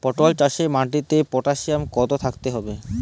পটল চাষে মাটিতে পটাশিয়াম কত থাকতে হবে?